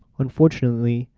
unfortunately,